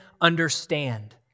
understand